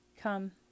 Come